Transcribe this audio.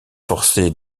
forcé